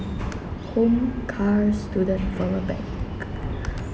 home car student for loan bank